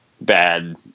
bad